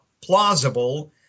plausible